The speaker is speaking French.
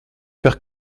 faire